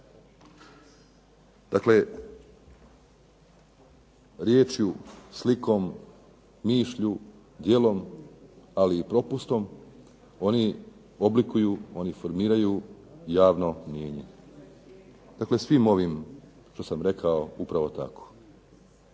Dakle, riječju, slikom, mišlju, djelom, ali i propustom oni oblikuju, oni formiraju javno mnijenje. Dakle svim ovim što sam rekao upravo tako.